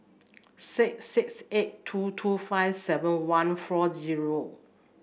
six six eight two two five seven one four zero